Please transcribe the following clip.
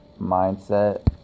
mindset